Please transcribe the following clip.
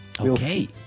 Okay